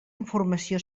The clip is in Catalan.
informació